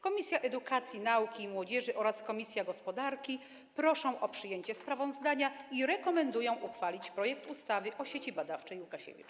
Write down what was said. Komisja Edukacji, Nauki i Młodzieży oraz komisja gospodarki proszą o przyjęcie sprawozdania i rekomendują przyjęcie projektu ustawy o Sieci Badawczej Łukasiewicz.